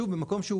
שוב, במקום שהוא